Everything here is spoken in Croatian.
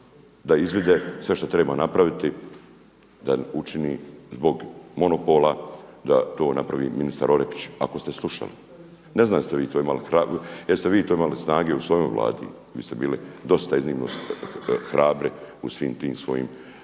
da izvide sve što treba napraviti da učini zbog monopola da to napravi ministar Orepić ako ste slušali. Ne znam jeste li vi to imali snage u svojoj Vladi ili ste bili dosta iznimno hrabri u svim tim svojim govorima,